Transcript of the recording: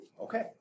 Okay